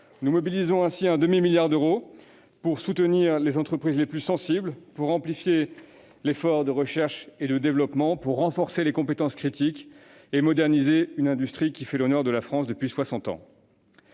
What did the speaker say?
Nous mobilisons ainsi un demi-milliard d'euros pour soutenir les entreprises les plus sensibles, pour amplifier l'effort de recherche et développement, pour renforcer les compétences critiques et pour moderniser une industrie qui fait l'honneur de la France depuis soixante